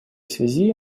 связи